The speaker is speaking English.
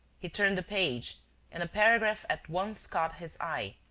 he turned the page and a paragraph at once caught his eye,